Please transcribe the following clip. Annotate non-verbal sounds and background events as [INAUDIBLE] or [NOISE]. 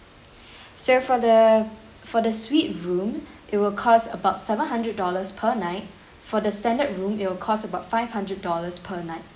[BREATH] so for the for the suite room it will cost about seven hundred dollars per night for the standard room it will cost about five hundred dollars per night